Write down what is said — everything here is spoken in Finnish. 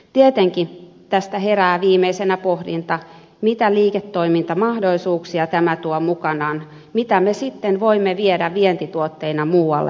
tietenkin tästä herää viimeisenä pohdinta mitä liiketoimintamahdollisuuksia tämä tuo mukanaan mitä me sitten voimme viedä vientituotteina muualle maailmaan